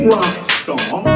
Rockstar